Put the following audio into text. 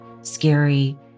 scary